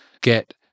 get